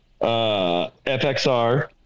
FXR